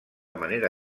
manera